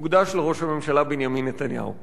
מוקדש לראש הממשלה בנימין נתניהו.